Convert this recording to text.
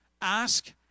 ask